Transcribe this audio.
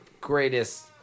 greatest